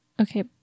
Okay